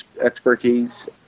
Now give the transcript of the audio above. expertise